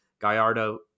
Gallardo